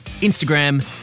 Instagram